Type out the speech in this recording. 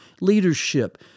leadership